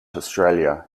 australia